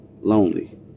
lonely